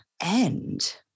end